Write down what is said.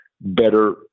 better